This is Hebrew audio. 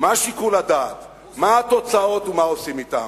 מה שיקול הדעת, מה התוצאות ומה עושים אתן,